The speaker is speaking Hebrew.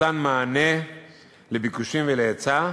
מתן מענה לביקוש ולהיצע,